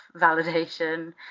validation